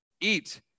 eat